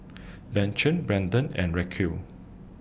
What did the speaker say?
Beecher Brendon and Raquel